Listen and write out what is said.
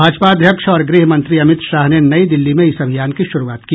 भाजपा अध्यक्ष और गृह मंत्री अमित शाह ने नई दिल्ली में इस अभियान की शुरूआत की